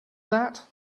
that